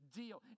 deal